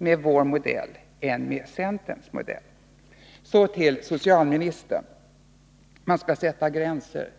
än enligt centerns modell. Så till socialministern: Man skall sätta gränser.